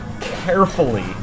carefully